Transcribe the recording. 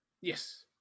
Yes